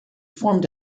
formed